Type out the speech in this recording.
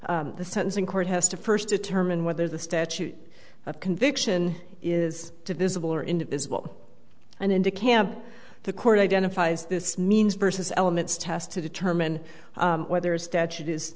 the sentencing court has to first determine whether the statute of conviction is to visible or invisible and indicate the court identifies this means versus elements test to determine whether a statute is